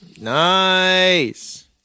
Nice